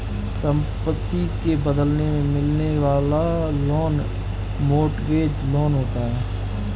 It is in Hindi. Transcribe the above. संपत्ति के बदले मिलने वाला लोन मोर्टगेज लोन होता है